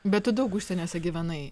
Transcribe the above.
bet tu daug užsieniuose gyvenai